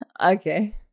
Okay